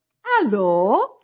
Hello